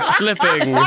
slipping